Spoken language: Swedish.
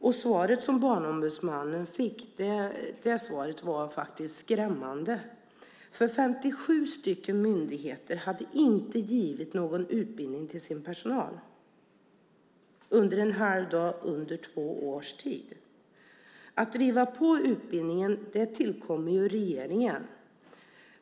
Det svar som Barnombudsmannen fick var skrämmande. Det var 57 myndigheter som inte hade givit någon utbildning till sin personal under en halv dag under två års tid. Att driva på utbildningen tillkommer regeringen.